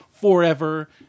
forever